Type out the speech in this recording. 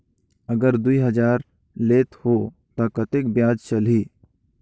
अगर दुई हजार लेत हो ता कतेक ब्याज चलही?